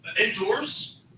indoors